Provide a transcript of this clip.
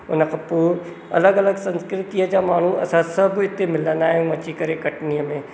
उन खां पोइ अलॻि अलॻि संस्कृतिअ जा माण्हू असां सभु हिते मिलंदा आहियूं अची करे कटनीअ में